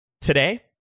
Today